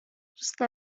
دوست